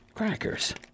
crackers